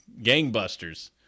gangbusters